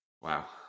Wow